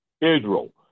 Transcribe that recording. Israel